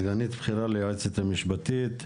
סגנית בכירה ליועצת המשפטית.